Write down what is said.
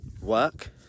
work